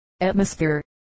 atmosphere